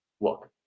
look